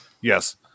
Yes